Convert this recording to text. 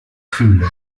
fühle